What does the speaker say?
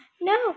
no